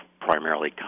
primarily